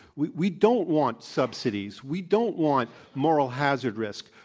we we don't want subsidies. we don't want moral hazard risk.